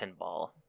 pinball